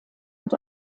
und